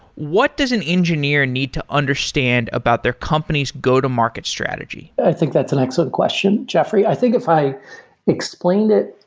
what does an engineer need to understand about their companies go-to-market strategy? i think that's an excellent question, jeffrey. i think if i explained it,